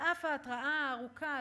על אף ההתראה הארוכה,